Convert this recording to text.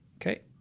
Okay